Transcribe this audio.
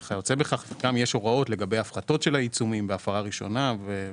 יש הוראות לגבי הפחתות של העיצומים בהפרה ראשונה וכדומה.